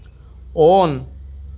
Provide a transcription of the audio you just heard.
on